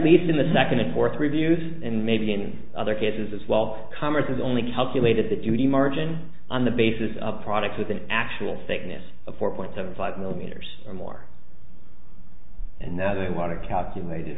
least in the second and fourth reviews and maybe in other cases as well congress has only calculated that you need a margin on the basis of a product with an actual sickness of four point seven five millimeters or more and now they want to calculate it